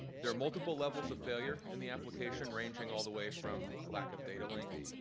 there are multiple levels of failure in the application, ranging all the way from lack of data link.